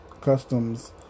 customs